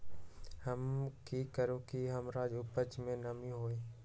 हम की करू की हमार उपज में नमी होए?